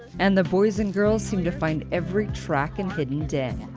and the boys and girls seem to find every track and hidden den.